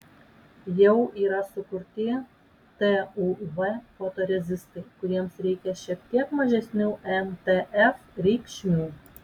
jau yra sukurti tuv fotorezistai kuriems reikia šiek tiek mažesnių mtf reikšmių